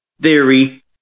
theory